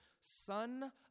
son